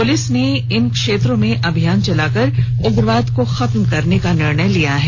police ने इन क्षेत्रों में अभियान चलाकर उग्रवाद को खत्म करने का निर्णय लिया है